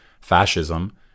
fascism